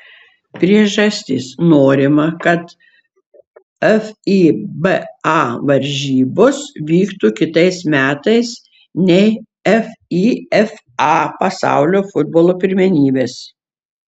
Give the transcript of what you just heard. priežastis norima kad fiba varžybos vyktų kitais metais nei fifa pasaulio futbolo pirmenybės